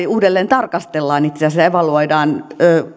uudelleen tarkastellaan ja evaluoidaan